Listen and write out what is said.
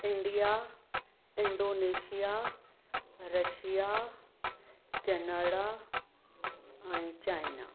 India Indonesia Russia Canada ऐं China